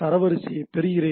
தரவரிசையைப் பெறுகிறேன்